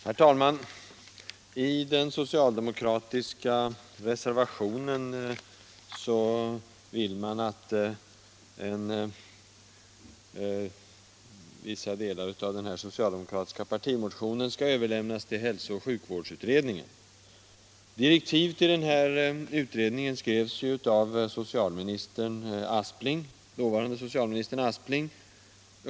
Herr talman! I de socialdemokratiska reservationerna begärs att vissa delar av den socialdemokratiska partimotionen nr 270 skall överlämnas till hälsooch sjukvårdsutredningen. Direktiven till den utredningen skrevs av dåvarande socialministern Aspling.